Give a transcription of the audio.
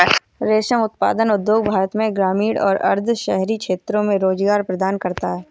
रेशम उत्पादन उद्योग भारत में ग्रामीण और अर्ध शहरी क्षेत्रों में रोजगार प्रदान करता है